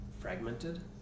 fragmented